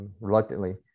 reluctantly